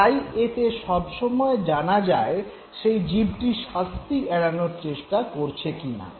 তাই এতে সবসময় জানা যায় সেই জীবটি শাস্তি এড়ানোর চেষ্টা করছে কিনা